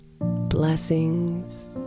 blessings